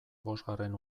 bosgarren